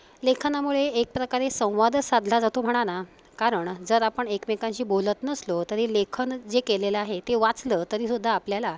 लेखनामुळे एक प्रकारे संवादच साधला जातो म्हणा ना कारण जर आपण एकमेकांशी बोलत नसलो तरी लेखन जे केलेलं आहे ते वाचलं तरीसुद्धा आपल्याला